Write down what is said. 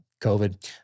COVID